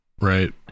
right